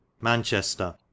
manchester